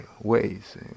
ways